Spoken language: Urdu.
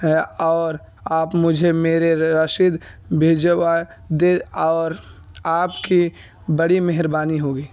ہے اور آپ مجھے میرے رسید بھجوا دے اور آپ کی بڑی مہربانی ہوگی